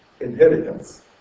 inheritance